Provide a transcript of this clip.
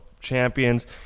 champions